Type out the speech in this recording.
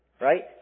right